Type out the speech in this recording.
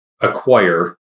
acquire